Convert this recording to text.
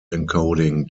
encoding